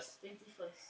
twenty first